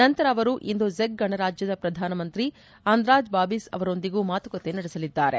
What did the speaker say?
ನಂತರ ಅವರು ಇಂದು ಚೆಕ್ ಗಣರಾಜ್ಯದ ಪ್ರಧಾನಮಂತ್ರಿ ಅಂದ್ರಾಜ್ ಬಾಬಿಸ್ ಅವರೊಂದಿಗೂ ಮಾತುಕತೆ ನಡೆಸಲಿದ್ದಾರೆ